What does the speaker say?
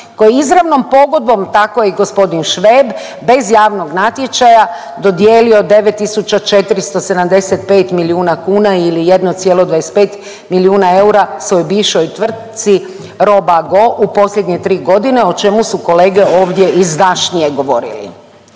koji izravnom pogodbom, tako i gospodin Šveb bez javnog natječaja dodijelio 9.475 milijuna kuna ili 1,25 milijuna eura svojoj bivšoj tvrtci Robago u posljednje 3 godine o čemu su kolege ovdje izdašnije govorili.